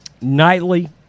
Nightly